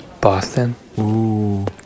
Boston